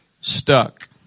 stuck